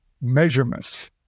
measurements